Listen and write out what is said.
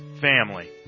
Family